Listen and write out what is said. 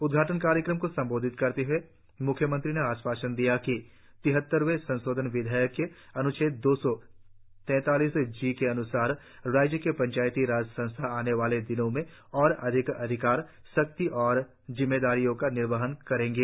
उद्घाटन कार्यक्रम को संबोधित करते हए म्ख्यमंत्री ने आश्वासन दिया है कि तिहत्तरवें संशोधन अधीनियम के अन्च्छेद दो सौ तैंतालीस जी के अन्सार राज्य के पंचायती राज संस्था आने वाले दिनों में और अधिक अधिकार शक्ति और जिम्मेदारियों का निर्वहन करेंगे